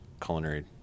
culinary